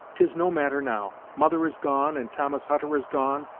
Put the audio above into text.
tis no matter, now. mother is gone, and thomas hutter is gone,